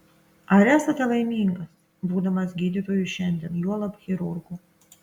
ar esate laimingas būdamas gydytoju šiandien juolab chirurgu